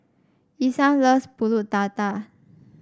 Isam loves pulut Tatal